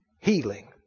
healing